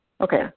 Okay